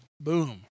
Boom